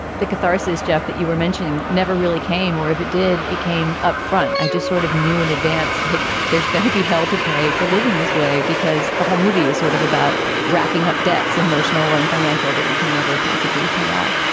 the catharsis, jeff, that you were mentioning never really came or if it did, it came upfront. i just sort of knew in advance, like, there's gonna be hell to pay for living this way because the whole movie is sort of about racking up debts, emotional and financial, that you can never possibly pay off.